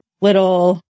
little